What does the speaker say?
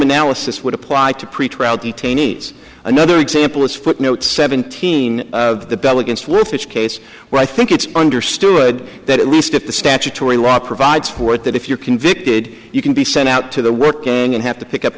analysis would apply to pretrial detainees another example is footnote seventeen of the bell against wolfish case where i think it's understood that at least if the statutory law provides for it that if you're convicted you can be sent out to the work and have to pick up